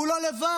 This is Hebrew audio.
הוא לא לבד,